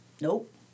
Nope